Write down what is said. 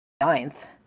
ninth